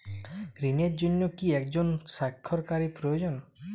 ঋণের জন্য কি একজন স্বাক্ষরকারী প্রয়োজন?